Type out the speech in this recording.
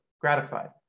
gratified